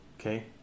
Okay